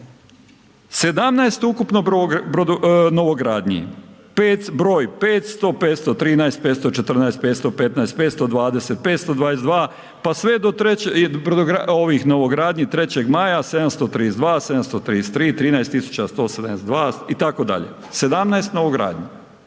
17 ukupno brodogradnji, broj 500, 513, 514, 515, 520, 522 pa sve do brodogradnji Trećeg maja 732, 733, 13172 itd. 17 novogradnji.